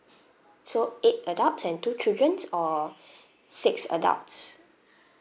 so eight adults and two children or six adults